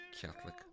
Catholic